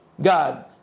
God